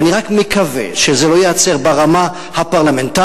ואני רק מקווה שזה לא ייעצר ברמה הפרלמנטרית